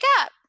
up